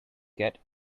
get